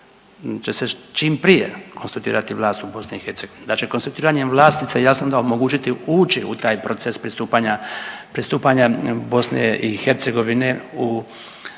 će se čim prije konstutirati vlast u BiH, da će sa konstituiranjem vlasti se jasno onda omogućiti ući u taj proces pristupanja BiH u